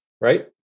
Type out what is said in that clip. right